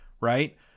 right